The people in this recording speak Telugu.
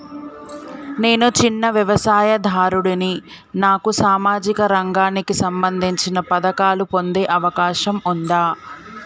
నేను చిన్న వ్యవసాయదారుడిని నాకు సామాజిక రంగానికి సంబంధించిన పథకాలు పొందే అవకాశం ఉందా?